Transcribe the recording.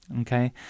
Okay